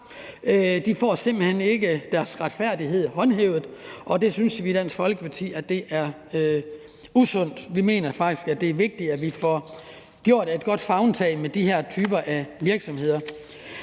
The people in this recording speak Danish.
simpelt hen ikke bliver håndhævet. Og det synes vi i Dansk Folkeparti er usundt. Vi mener faktisk, det er vigtigt, at vi får taget fat i de her typer af virksomheder.